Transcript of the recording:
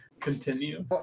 continue